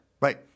right